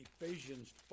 Ephesians